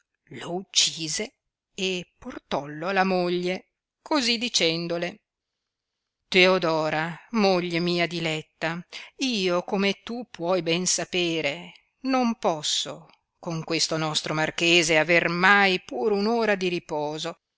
lo uccise e portollo alla moglie cosi dicendole teodora moglie mia diletta io come tu puoi ben sapere non posso con questo nostro marchese aver mai pur un'ora di riposo